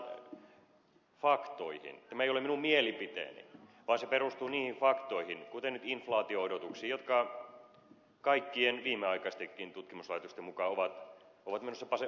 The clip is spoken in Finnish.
tämä ei ole minun mielipiteeni vain se perustuu faktoihin kuten inflaatio odotuksiin jotka kaikkien viimeaikaistenkin tutkimuslaitosten mukaan ovat menossa parempaan suuntaan